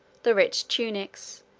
the rich tunics,